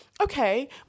okay